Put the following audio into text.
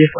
F